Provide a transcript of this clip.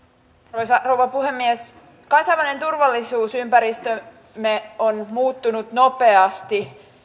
arvoisa rouva puhemies kansainvälinen turvallisuusympäristömme on muuttunut nopeasti